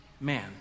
man